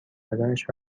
بدنش